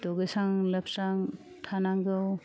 दुगैस्रां लोबस्रां थानांगौ